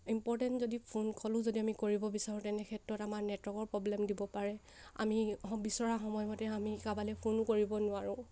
important যদি phone কলো যদি আমি কৰিব বিচাৰোঁ তেনেক্ষেত্ৰত আমাৰ নেটৱৰ্কৰ প্ৰব্লেম দিব পাৰে আমি বিচৰা সময়মতে আমি কাবালে ফোন কৰিব নোৱাৰোঁ